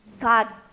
God